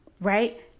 right